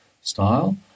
style